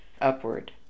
upward